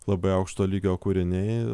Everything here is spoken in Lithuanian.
labai aukšto lygio kūriniai